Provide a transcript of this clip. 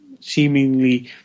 seemingly